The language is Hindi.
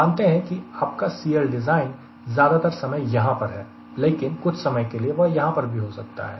मानते हैं कि आपका CLdesign ज्यादातर समय यहां पर है लेकिन कुछ समय के लिए वह यहां पर भी हो सकता है